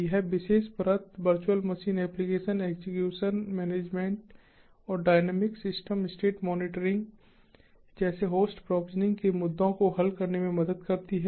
यह विशेष परत virtual machine application execution management और डायनेमिक सिस्टम स्टेट मॉनिटरिंग जैसे होस्ट प्रोविजनिंग के मुद्दों को हल करने में मदद करती है